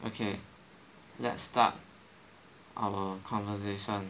ok let's start our conversation